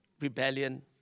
rebellion